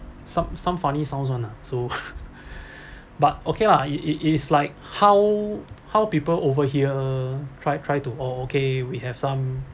some some funny sounds one lah so but okay lah it it it's like how how people overhear try try to oh okay we have some